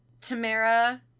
Tamara